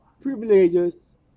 privileges